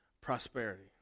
prosperity